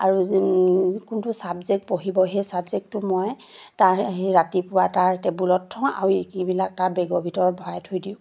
আৰু কোনটো ছাবজেক্ট পঢ়িব সেই ছাবজেক্টটো মই তাৰ সেই ৰাতিপুৱা তাৰ টেবুলত থওঁ আৰু বাকীবিলাক তাৰ বেগৰ ভিতৰত ভৰাই থৈ দিওঁ